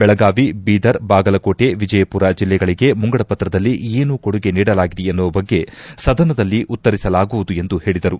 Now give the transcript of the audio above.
ಬೆಳಗಾವಿ ಬೀದರ್ ಬಾಗಲಕೋಟೆ ವಿಜಯಪುರ ಜಿಲ್ಲೆಗಳಿಗೆ ಮುಂಗಡ ಪತ್ರದಲ್ಲಿ ಏನು ಕೊಡುಗೆ ನೀಡಲಾಗಿದೆ ಎನ್ನುವ ಬಗ್ಗೆ ಸದನದಲ್ಲಿ ಉತ್ತರಿಸಲಾಗುವುದು ಎಂದು ಹೇಳಿದರು